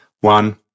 One